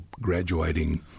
graduating